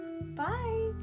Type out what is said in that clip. bye